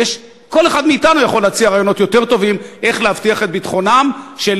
כל אחד מאתנו יכול להציע רעיונות יותר טובים איך להבטיח את ביטחונם של